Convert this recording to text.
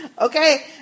Okay